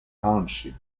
township